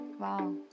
Wow